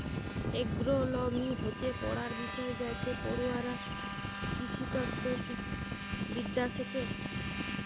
agronomy হচ্যে পড়ার বিষয় যাইতে পড়ুয়ারা কৃষিতত্ত্ব বিদ্যা শ্যাখে